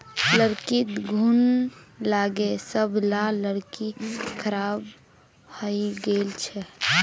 लकड़ीत घुन लागे सब ला लकड़ी खराब हइ गेल छेक